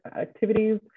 activities